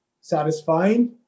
satisfying